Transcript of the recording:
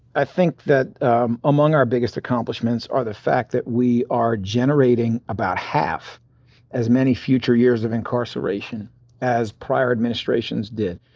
i think that among our biggest accomplishments are the fact that we are generating about half as many future years of incarceration as prior administrations did.